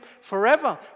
forever